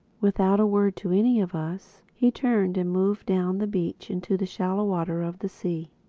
without a word to any of us, he turned and moved down the beach into the shallow water of the sea.